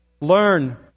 Learn